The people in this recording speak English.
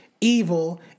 evil